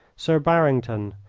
sir barrington,